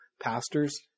pastors